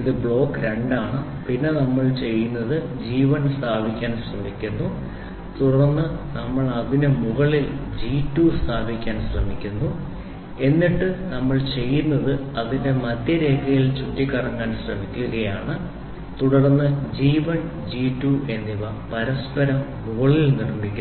ഇത് ബ്ലോക്ക് 2 ആണ് പിന്നെ നമ്മൾ ചെയ്യുന്നത് ജി 1 സ്ഥാപിക്കാൻ ശ്രമിക്കുന്നു തുടർന്ന് നമ്മൾ അതിന് മുകളിൽ ജി 2 സ്ഥാപിക്കാൻ ശ്രമിക്കുക എന്നിട്ട് നമ്മൾ ചെയ്യുന്നത് അതിന്റെ മധ്യരേഖയിൽ ചുറ്റിക്കറങ്ങാൻ ശ്രമിക്കുകയാണ് തുടർന്ന് ജി 1 ജി 2 എന്നിവ പരസ്പരം മുകളിൽ നിർമ്മിക്കുന്നു